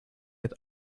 with